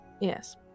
yes